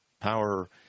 power